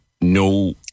no